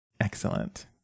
excellent